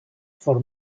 for